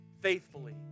faithfully